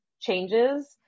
changes